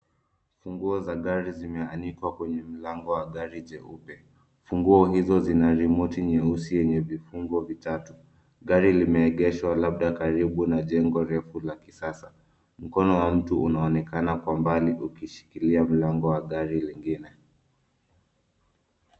Funguo za gari zimeanikwa kwenye mlango wa gari jeupe. Funguo hizo zina rimoti nyeusi yenye vifunguo vitatu. Gari limeegeshwa labda na jengo refu la kisasa. Mkono wa mtu unaonekana kwa mbali ukishikilia mlango wa gari lingine.